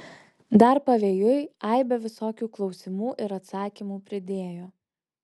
dar pavėjui aibę visokių klausimų ir atsakymų pridėjo